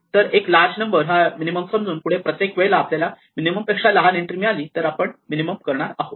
तर large number हा minimum समजून पुढे प्रत्येक वेळेला आपल्याला मिनिमम पेक्षा लहान एन्ट्री मिळाली तर आपण मिनिमम करणार आहोत